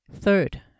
Third